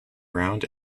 round